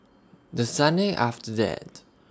The Sunday after that